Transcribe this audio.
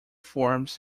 forms